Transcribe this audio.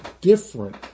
different